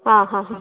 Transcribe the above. ಹಾಂ ಹಾಂ ಹಾಂ